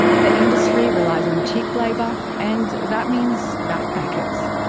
the industry relies on cheap labour, and that means backpackers.